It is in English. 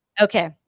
Okay